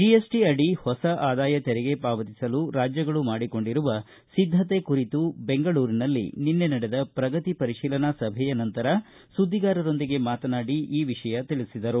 GST ಅಡಿ ಹೊಸ ಆದಾಯ ತೆರಿಗೆ ಪಾವತಿಸಲು ರಾಜ್ಯಗಳು ಮಾಡಿಕೊಂಡಿರುವ ಸಿದ್ದತೆ ಕುರಿತು ಬೆಂಗಳೂರಿನಲ್ಲಿ ನಿನ್ನೆ ನಡೆದ ಪ್ರಗತಿ ಪರಿಶೀಲನಾ ಸಭೆಯ ನಂತರ ಸುದ್ದಿಗಾರರೊಂದಿಗೆ ಮಾತನಾಡಿ ಈ ವಿಷಯ ತಿಳಿಸಿದರು